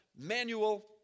manual